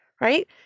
right